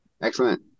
Excellent